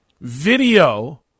Video